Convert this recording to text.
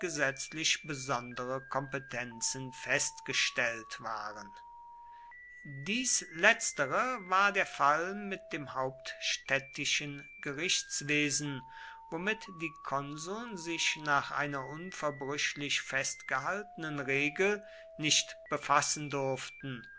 gesetzlich besondere kompetenzen festgestellt waren dies letztere war der fall mit dem hauptstädtischen gerichtswesen womit die konsuln sich nach einer unverbrüchlich festgehaltenen regel nicht befassen durften